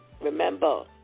Remember